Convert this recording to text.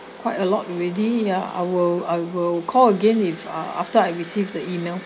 quite a lot already ya I will I will call again if ah after I received the email